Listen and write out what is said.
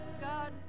God